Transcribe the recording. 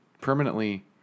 permanently